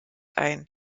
ein